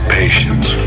patience